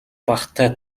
багатай